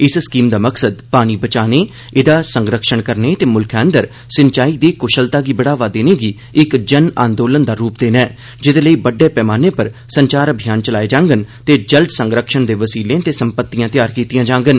इस स्कीम दा मकसद पानी बचाने एहदा संरक्षण करने ते मुल्खै अंदर सिंचाई दी कुषलता गी बढ़ावा गी इक जन आंदोलन दा रूप देना ऐ जेह्दे लेई बड्डे पैमाने पर संचार अभियान चलाए जांगन ते जल संरक्षण दे वसीले ते सम्पतियां तैआर कीतियां जांगन